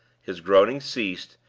his groaning ceased,